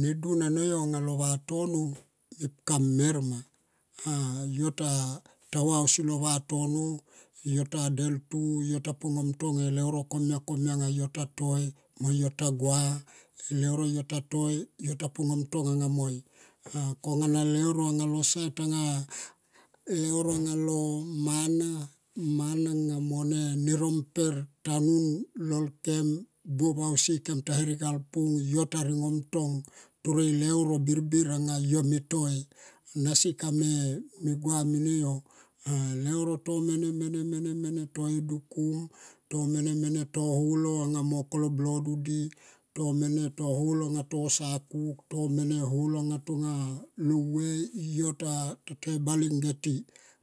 Ne dun ano yo anga lo vatono mepka mer ma yo ta va ausi lo vatono yo ta deltu yo ta pon e ngomtong le leuro komia anga yo ta toi mo yo ta gua eleuro yo ta po ngoom tong anga moi. Eleuro anga lo sait anga lo mana, mana nga mo ro mper tanun lol kem buop ausi. Kem ta herek alpung yo ta ringom tong toro e leuro birbir anga yo me toi nasi kame, me gua mene yo leuro to mene mene to e dukum to mene mene to holo anga mo kolo e blodu di, to mene to holo nga mo sakuk to mene to holo tonga lo vue yo ta to bale nge ti.